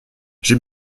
j’ai